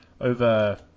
over